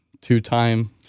two-time